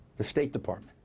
the state department.